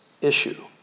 issue